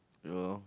you know